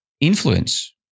influence